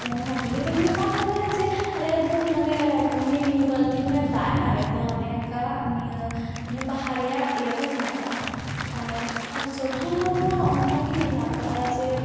ᱦᱳᱞᱤ ᱫᱚ ᱦᱩᱭᱩᱜ ᱠᱟᱱᱛᱟᱞᱮᱭᱟ ᱡᱮ ᱟᱞᱮᱭᱟᱜ ᱫᱚ ᱢᱟᱱᱮ ᱩᱱᱤ ᱢᱤᱫ ᱵᱟᱹᱞᱴᱤᱱ ᱜᱟᱱ ᱫᱟᱜᱼᱮ ᱟᱨᱮᱡ ᱟᱫᱮᱭᱟ ᱚᱱᱮ ᱚᱱᱠᱟ ᱵᱟᱦᱟ ᱨᱮᱭᱟᱜ ᱤᱭᱟᱹ ᱫᱚ ᱦᱤᱱᱟᱠᱟᱜᱼᱟ ᱟᱨ ᱥᱚᱨᱦᱟᱭ ᱢᱟᱛᱚ ᱩᱱᱠᱟᱜᱮ ᱦᱮᱱᱟᱜ ᱠᱟᱜᱼᱟ ᱡᱮ